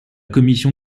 commission